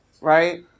Right